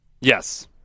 Yes